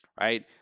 Right